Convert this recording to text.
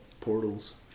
portals